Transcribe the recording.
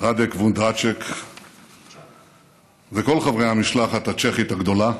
ראדק וונדרצ'ק וכל חברי המשלחת הצ'כית הגדולה,